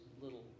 little